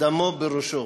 דמו בראשו.